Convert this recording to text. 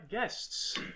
guests